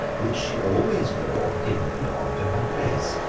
which she always wore, pinned on to her dress.